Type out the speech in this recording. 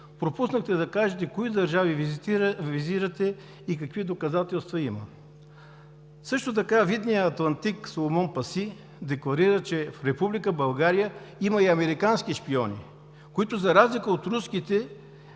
Пропуснахте да кажете кои държави визирате и какви доказателства има. Също така видният атлантик Соломон Паси декларира, че в Република България има и американски шпиони, като „разликата между руските